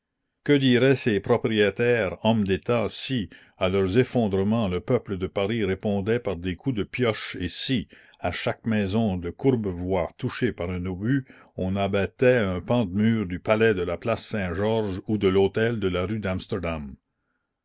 que diraient ces propriétaires hommes d'état si à leurs effondrements le peuple de paris répondait par des coups de pioches et si à chaque maison de courbevoie touchée par un obus on abattait un pan de mur du palais de la place saint-georges ou de l'hôtel de la rue